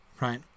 right